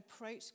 approach